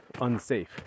unsafe